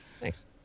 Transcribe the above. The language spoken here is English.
Thanks